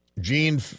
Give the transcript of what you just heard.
Gene